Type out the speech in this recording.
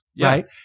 right